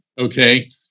Okay